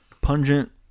pungent